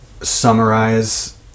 summarize